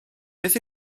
beth